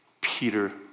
Peter